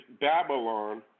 Babylon